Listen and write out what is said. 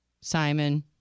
Simon